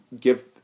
give